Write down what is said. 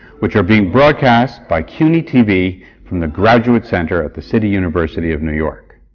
which are being broadcast by cuny-tv from the graduate center of the city university of new york.